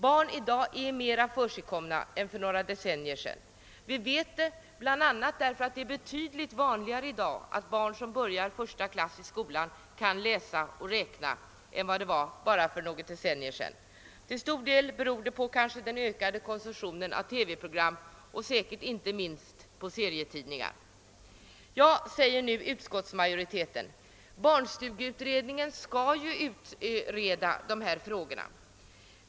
Barn är i dag mera försigkomna än för några decennier sedan. Vi vet det bl.a. därför att det är betydligt vanligare i dag att barn som börjar första årskursen i skolan kan läsa och räkna än vad det var bara för något decennium sedan. Till stor dei beror det kanske på den ökade konsum: tionen av TV-program och säkerligen också på serietidningarna. Utskottsmajoriteten skriver nu ai. barnstugeutredningen skall utreda dessa frågor.